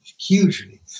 hugely